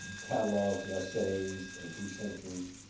catalogs, essays and two centuries.